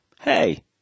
hey